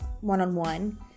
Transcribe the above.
one-on-one